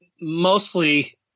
mostly